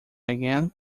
again